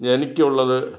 എനിക്കുള്ളത്